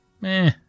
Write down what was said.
meh